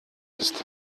ist